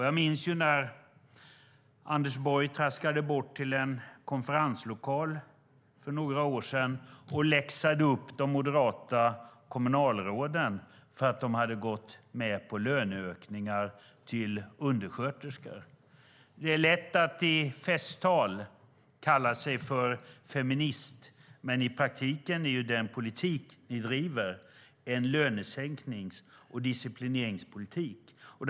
Jag minns när Anders Borg traskade bort till en konferenslokal för några år sedan och läxade upp de moderata kommunalråden för att de hade gått med på löneökningar för undersköterskor. Det är lätt att kalla sig feminist i festtal, men i praktiken bedriver ni en lönesänknings och disciplineringspolitik, Anders Borg.